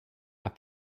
ale